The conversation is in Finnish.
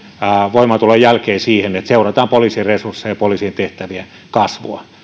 voimaantulon jälkeen vakavan huolen siihen että seurataan poliisin resursseja poliisien tehtävien kasvua